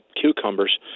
cucumbers